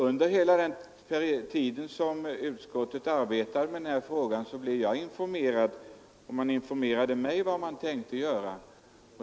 Under hela den tid utskottet arbetade med denna fråga blev jag informerad om vad man tänkte göra.